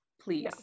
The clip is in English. please